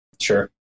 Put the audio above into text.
Sure